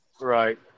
Right